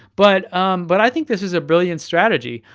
but but i think this is a brilliant strategy.